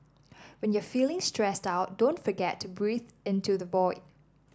when you're feeling stressed out don't forget to breathe into the void